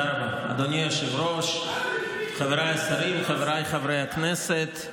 חבריי השרים, חבריי חברי הכנסת,